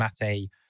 Mate